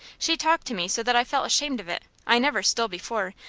she talked to me so that i felt ashamed of it. i never stole before,